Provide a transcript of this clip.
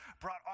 brought